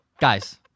Guys